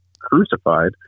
crucified